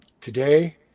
today